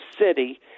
city